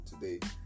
today